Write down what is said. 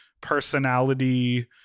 personality